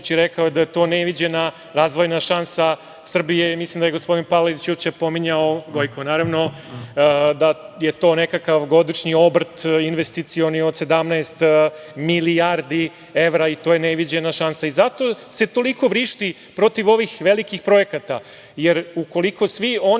da je to neviđena razvojna šansa Srbije. Mislim da je gospodin Gojko Palalić juče pominjao da je to nekakav godišnji obrt investicioni od 17 milijardi evra i to je neviđena šansa. Zato se toliko vrišti protiv ovih velikih projekata, jer ukoliko se oni